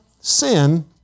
sin